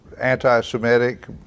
anti-Semitic